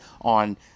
on